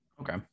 Okay